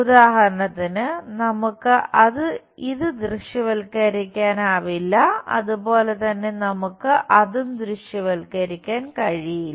ഉദാഹരണത്തിന് നമുക്ക് ഇത് ദൃശ്യവൽക്കരിക്കാനാവില്ല അതുപോലെ തന്നെ നമുക്ക് അതും ദൃശ്യവൽക്കരിക്കാൻ കഴിയില്ല